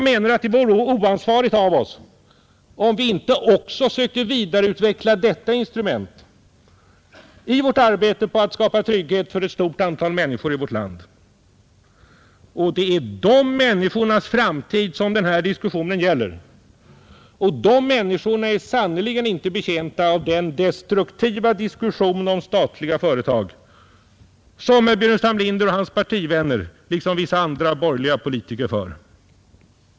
Det vore oansvarigt om inte även vi försökte vidareutveckla detta instrument i vårt arbete för att skapa trygghet för ett stort antal människor i vårt land. Det är dessa människors framtid den här diskussionen gäller, och de är sannerligen inte betjänta av den destruktiva diskussion om statliga företag som herr Burenstam Linder och hans partivänner liksom vissa andra borgerliga politiker för.